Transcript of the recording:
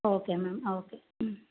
okay ma'am okay